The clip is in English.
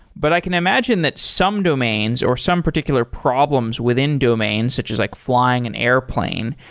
but i can imagine that some domains, or some particular problems within domains, such as like flying an airplane,